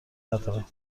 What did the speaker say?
ندارم